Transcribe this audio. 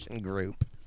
group